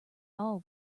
all